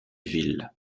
villes